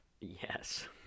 Yes